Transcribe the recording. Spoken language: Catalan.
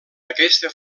aquesta